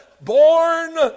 born